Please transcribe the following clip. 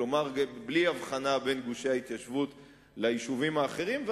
כלומר בלי הבחנה בין גושי ההתיישבות ליישובים אחרים.